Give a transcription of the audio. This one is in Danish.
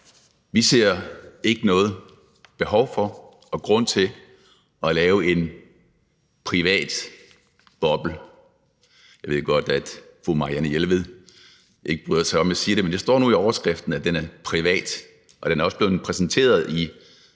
Vi ser ikke noget behov for og nogen grund til at lave en privat boble. Jeg ved godt, at fru Marianne Jelved ikke bryder sig om, at jeg siger det, men der står nu i overskriften, at den er privat, og den er også blevet præsenteret i